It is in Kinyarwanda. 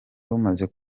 rumaze